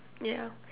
yeah